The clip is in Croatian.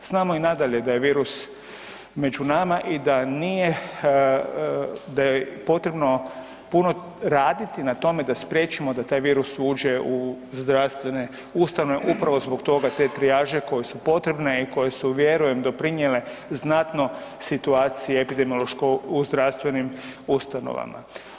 Znamo i nadalje da je virus među nama i da je potrebno puno raditi na tome da spriječimo da taj virus uđe u zdravstvene ustanove, upravo zbog toga te trijaže koje su potrebne i koje su vjerujem doprinijele znatno situaciji epidemiološkoj u zdravstvenim ustanovama.